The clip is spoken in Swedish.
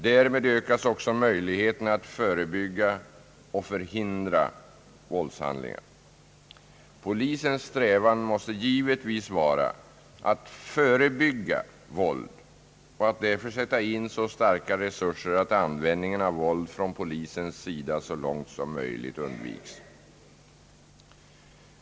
Därmed ökas också möjligheterna att förebygga och förhindra våldshandlingar. Polisens strävan måste givetvis vara att förebygga våld och att därför sätta in så starka resurser, att användningen av våld från polisens sida så långt det är möjligt undviks.